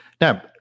Now